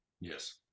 yes